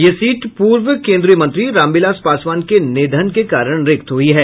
ये सीट पूर्व केन्द्रीय मंत्री रामविलास पासवान के निधन के कारण रिक्त हुई है